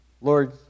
Lord